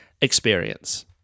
experience